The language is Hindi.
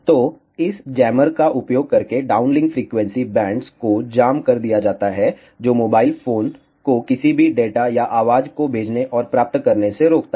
तो इस जैमर का उपयोग करके डाउनलिंक फ्रीक्वेंसी बैंड्स को जाम कर दिया जाता है जो मोबाइल फोन को किसी भी डेटा या आवाज को भेजने और प्राप्त करने से रोकता है